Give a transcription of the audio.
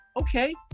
okay